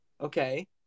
Okay